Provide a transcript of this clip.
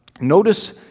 notice